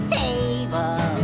table